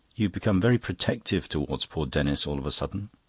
you've become very protective towards poor denis all of a sudden.